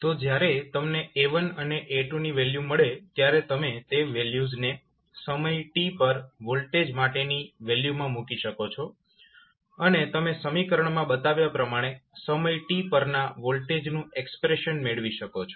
તો જ્યારે તમને A1 અને A2 ની વેલ્યુ મળે ત્યારે તમે તે વેલ્યુઝને સમય t પર વોલ્ટેજ માટેની વેલ્યુમાં મૂકી શકો છો અને તમેં સમીકરણ માં બતાવ્યા પ્રમાણે સમય t પરના વોલ્ટેજનું એક્સપ્રેશન મેળવી શકો છો